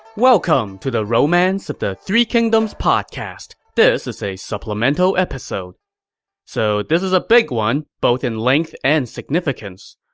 welcome to the romance of the three kingdoms podcast. this is a supplemental episode so this is a big one, both in length and significance.